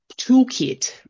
toolkit